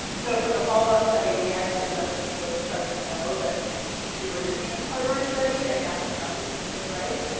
so for the follow up study, we actually let the the sites know that we were using them as part of our study and asked them not to change their price.